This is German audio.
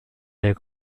der